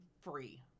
free